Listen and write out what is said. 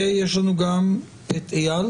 גם אייל